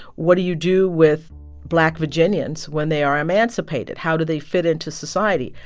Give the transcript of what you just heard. what do you do with black virginians when they are emancipated? how do they fit into society?